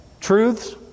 truths